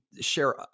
share